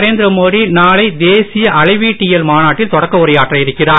நரேந்திர மோடி நாளை தேசிய அளவீட்டியல் மாநாட்டில் தொடக்க உரையாற்ற இருக்கிறார்